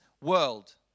world